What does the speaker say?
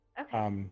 Okay